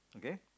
okay